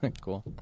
Cool